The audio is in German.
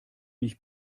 nicht